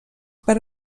per